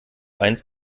eins